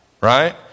right